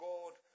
God